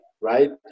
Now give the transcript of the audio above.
right